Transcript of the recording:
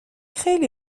خیلی